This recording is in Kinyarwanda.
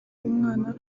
w’umwana